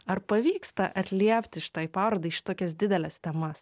ar pavyksta atliepti šitai parodai šitokias dideles temas